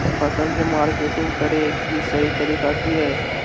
फसल के मार्केटिंग करें कि सही तरीका की हय?